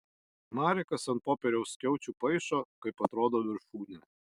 marekas ant popieriaus skiaučių paišo kaip atrodo viršūnė